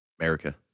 America